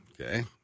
Okay